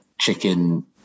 chicken